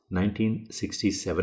1967